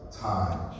time